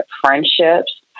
friendships